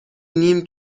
نیم